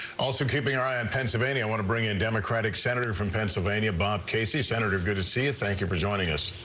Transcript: also keeping our eye in pennsylvania want to bring in democratic senator from pennsylvania bob casey senator good to see you thank you for joining us.